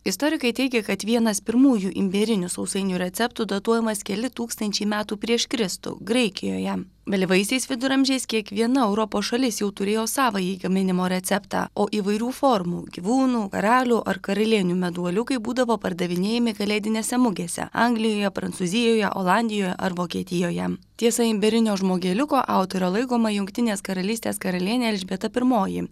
istorikai teigia kad vienas pirmųjų imbierinių sausainių receptų datuojamas keli tūkstančiai metų prieš kristų graikijoje vėlyvaisiais viduramžiais kiekviena europos šalis jau turėjo savąjį gaminimo receptą o įvairių formų gyvūnų karalių ar karalienių meduoliukai būdavo pardavinėjami kalėdinėse mugėse anglijoje prancūzijoje olandijoje ar vokietijoje tiesa imbierinio žmogeliuko autore laikoma jungtinės karalystės karalienė elžbieta pirmoji